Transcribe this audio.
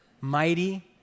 Mighty